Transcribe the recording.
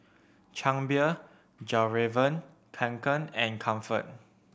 Chang Beer Fjallraven Kanken and Comfort